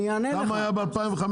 כמה היו ב-2015?